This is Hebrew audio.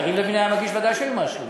אם יריב לוין היה מגיש ודאי שהיו מאשרים,